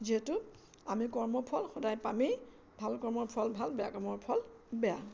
যিহেতু আমি কৰ্মফল সদায় পামেই ভাল কৰ্মৰ ফল ভাল বেয়া কৰ্মৰ ফল বেয়া